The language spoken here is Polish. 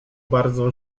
bardzo